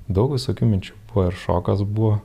daug visokių minčių buvo ir šokas buvo